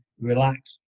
Relax